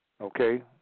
okay